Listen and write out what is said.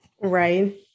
Right